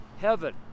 heaven